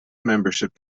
membership